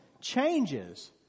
changes